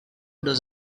does